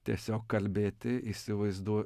tiesiog kalbėti įsivaizduo